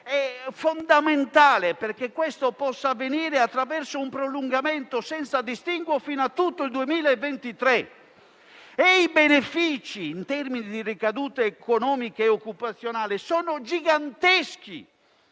è fondamentale che questo possa avvenire attraverso un prolungamento senza distinguo fino a tutto il 2023 e i benefici in termini di ricadute economiche e occupazionali sono giganteschi.